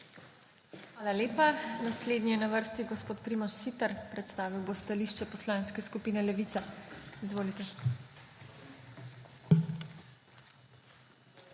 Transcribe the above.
Hvala lepa. Naslednji je na vrsti gospod Primož Siter, predstavil bo stališče Poslanske skupine Levica. Izvolite.